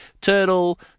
turtle